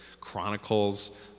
chronicles